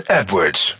Edwards